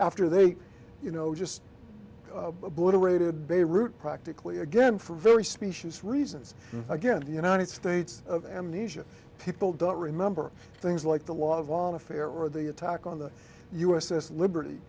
after they you know just obliterated beirut practically again for very specious reasons against the united states of amnesia people don't remember things like the law of on affair or the attack on the u s s liberty